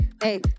Hey